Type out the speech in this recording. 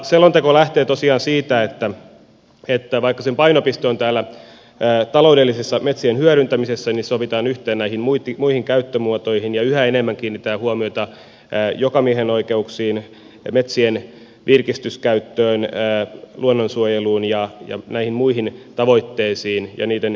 selonteko lähtee tosiaan siitä että vaikka sen painopiste on täällä taloudellisessa metsien hyödyntämisessä niin sovitaan yhteen näihin muihin käyttömuotoihin ja yhä enemmän kiinnitetään huomiota jokamiehenoikeuksiin metsien virkistyskäyttöön luonnonsuojeluun ja näihin muihin tavoitteisiin ja niiden yhteensovittamiseen